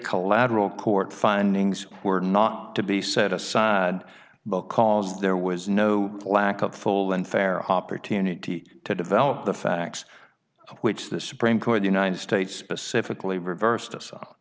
collateral court findings were not to be set aside because there was no lack of full and fair opportunity to develop the facts of which the supreme court united states specifically reversed